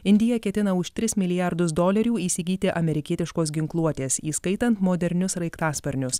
indija ketina už tris milijardus dolerių įsigyti amerikietiškos ginkluotės įskaitant modernius sraigtasparnius